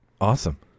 Awesome